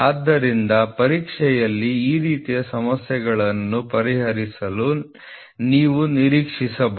ಆದ್ದರಿಂದ ಪರೀಕ್ಷೆಯಲ್ಲಿ ಈ ರೀತಿಯ ಸಮಸ್ಯೆಗಳನ್ನು ಪರಿಹರಿಸಲು ನೀವು ನಿರೀಕ್ಷಿಸಬಹುದು